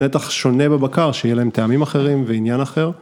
בטח שונה בבקר, שיהיה להם טעמים אחרים ועניין אחר.